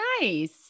nice